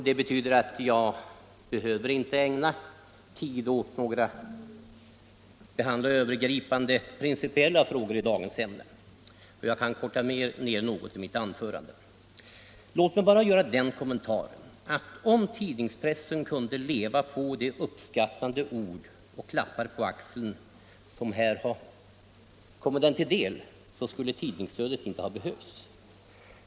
Jag behöver därför inte ägna mig åt övergripande principiella frågor utan kan korta ner mitt anförande något. Låt mig bara först göra den kommentaren att om tidningspressen kunde leva på de uppskattande ord och klappar på axeln som här har kommit den till del, så skulle tidningsstödet inte ha behövts.